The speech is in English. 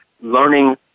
learning